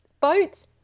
Boat